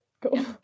Cool